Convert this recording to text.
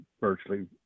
virtually